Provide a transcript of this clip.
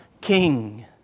king